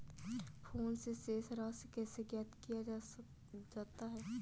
Phone से शेष राशि कैसे ज्ञात किया जाता है?